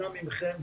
אנא מכם,